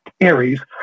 Aries